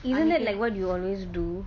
isn't that like what you always do